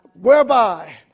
whereby